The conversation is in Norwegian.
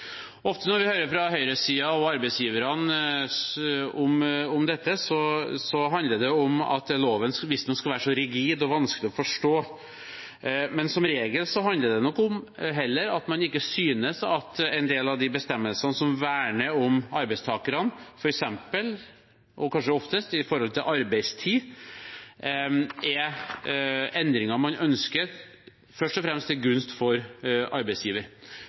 Ofte når vi hører fra høyresiden og arbeidsgiverne om dette, handler det om at loven visstnok skal være så rigid og vanskelig å forstå. Men som regel handler det nok heller om at man synes at en del av de bestemmelsene som verner om arbeidstakerne, kanskje oftest i forhold til arbeidstid, er noe man ønsker endret først og fremst til gunst for arbeidsgiver.